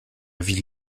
vie